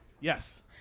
Yes